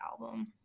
album